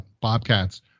Bobcats